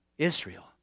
Israel